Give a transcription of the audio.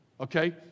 Okay